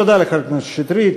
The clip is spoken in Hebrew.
תודה לחבר הכנסת שטרית.